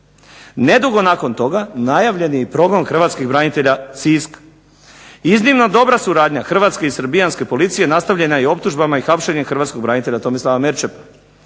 Nedugo nakon toga najavljen je i progon Hrvatskih branitelja Siska. Iznimno dobra suradnja hrvatske i srbijanske policije nastavljena je optužbama i hapšenjem hrvatskog branitelja Tomislava Merčepa.